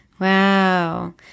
Wow